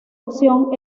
opción